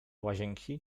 łazienki